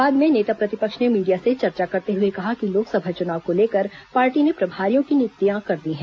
बाद में नेता प्रतिपक्ष ने मीडिया से चर्चा करते हुए कहा कि लोकसभा चुनाव को लेकर पार्टी ने प्रभारियों की नियुक्ति कर दी है